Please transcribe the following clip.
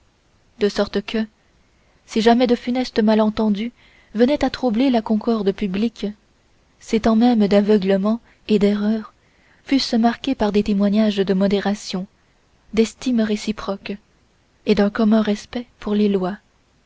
de sorte que si jamais de funestes malentendus venaient à troubler la concorde publique ces temps mêmes d'aveuglement et d'erreurs fussent marqués par des témoignages de modération d'estime réciproque et d'un commun respect pour les lois